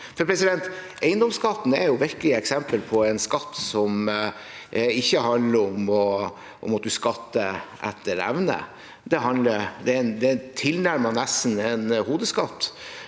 Eiendomsskatten er virkelig et eksempel på en skatt som ikke handler om at man skatter etter evne – det er nesten en hodeskatt.